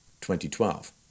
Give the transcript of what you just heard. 2012